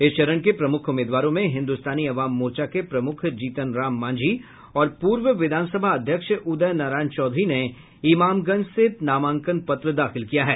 इस चरण के प्रमुख उम्मीदवारों में हिन्दुस्तानी अवाम मोर्चा के प्रमुख जीतन राम मांझी और पूर्व विधानसभा अध्यक्ष उदय नारायण चौधरी ने इमामगंज से नामांकन पत्र दाखिल किया है